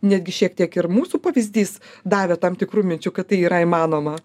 netgi šiek tiek ir mūsų pavyzdys davė tam tikrų minčių kad tai yra įmanoma